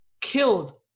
killed